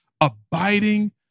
abiding